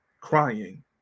Crying